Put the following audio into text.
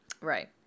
Right